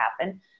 happen